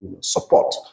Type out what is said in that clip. support